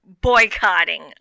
boycotting